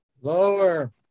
Lower